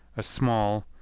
a small,